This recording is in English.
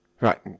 right